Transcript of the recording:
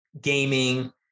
gaming